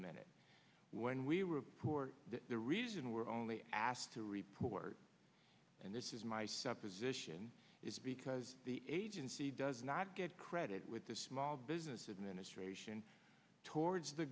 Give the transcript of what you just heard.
minute when we were poor the reason we're only asked to report and this is my supposition is because the agency does not get credit with the small business administration towards the